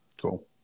Cool